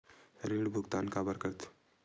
ऋण भुक्तान काबर कर थे?